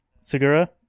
Segura